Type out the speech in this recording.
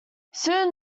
soon